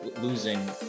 losing